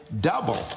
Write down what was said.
double